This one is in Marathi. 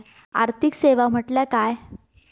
आर्थिक सेवा म्हटल्या काय?